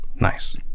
Nice